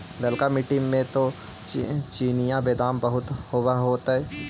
ललका मिट्टी मे तो चिनिआबेदमां बहुते होब होतय?